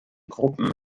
gruppen